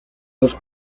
dos